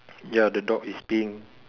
ya the dog is peeing